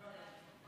אלקטרונית?